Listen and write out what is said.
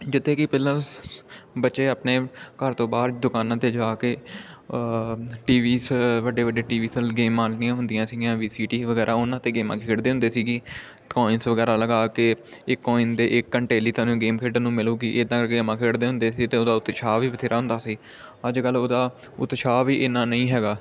ਜਿੱਥੇ ਕਿ ਪਹਿਲਾਂ ਸਸ ਬੱਚੇ ਆਪਣੇ ਘਰ ਤੋਂ ਬਾਹਰ ਦੁਕਾਨਾਂ 'ਤੇ ਜਾ ਕੇ ਟੀਵੀਜ ਵੱਡੇ ਵੱਡੇ ਟੀ ਵੀ ਸਲ ਗੇਮਾਂ ਜਿਹੜੀਆਂ ਹੁੰਦੀਆਂ ਸੀਗੀਆਂ ਵੀ ਸੀ ਟੀ ਵਗੈਰਾ ਉਹਨਾਂ 'ਤੇ ਗੇਮਾਂ ਖੇਡਦੇ ਹੁੰਦੇ ਸੀਗੇ ਕੋਂਇਨਸ ਵਗੈਰਾ ਲਗਾ ਕੇ ਇਹ ਕੋਂਇਨ ਦੇ ਇੱਕ ਘੰਟੇ ਲਈ ਤੁਹਾਨੂੰ ਗੇਮ ਖੇਡਣ ਨੂੰ ਮਿਲੂਗੀ ਇੱਦਾਂ ਕਰਕੇ ਗੇਮਾਂ ਖੇਡਦੇ ਹੁੰਦੇ ਸੀ ਅਤੇ ਉਹਦਾ ਉਤਸ਼ਾਹ ਵੀ ਬਥੇਰਾ ਹੁੰਦਾ ਸੀ ਅੱਜ ਕੱਲ੍ਹ ਉਹਦਾ ਉਤਸ਼ਾਹ ਵੀ ਇੰਨਾ ਨਹੀਂ ਹੈਗਾ